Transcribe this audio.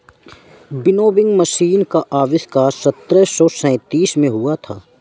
winnowing machine का आविष्कार सत्रह सौ सैंतीस में हुआ था